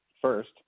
First